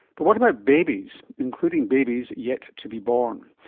but what about babies, including babies yet to be born?